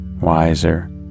wiser